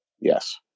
Yes